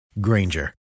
Granger